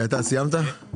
אתה סיימת?